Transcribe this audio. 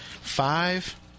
Five